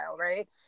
right